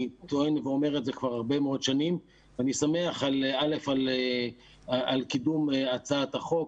אני טוען ואומר את זה כבר הרבה מאוד שנים ואני שמח על קידום הצעת החוק,